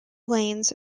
lanes